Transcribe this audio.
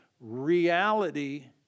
reality